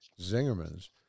Zingerman's